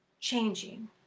Changing